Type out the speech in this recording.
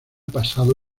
pasado